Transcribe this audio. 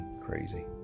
crazy